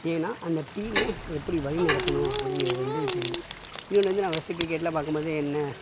ஏன்னால் அந்த டீமை எப்படி வழி நடத்தணும் அப்படீங்கிறது வந்து தெரியும் இன்னோன்று வந்து நான் ஃபஸ்டு கிரிக்கெட்லாம் பார்க்கும்போது என்ன